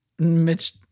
Mitch